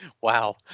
wow